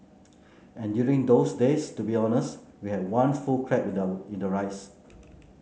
and during those days to be honest we had one full crab in the in the rice